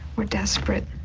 we're desperate.